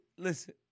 Listen